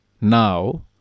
Now